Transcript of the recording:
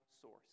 source